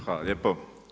Hvala lijepo.